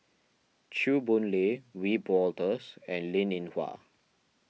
Chew Boon Lay Wiebe Wolters and Linn in Hua